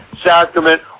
sacrament